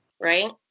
right